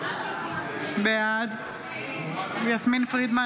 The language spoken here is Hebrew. בעד יסמין פרידמן,